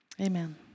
Amen